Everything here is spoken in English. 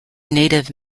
native